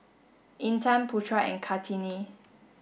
Intan Putra and Kartini